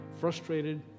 Frustrated